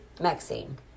Maxine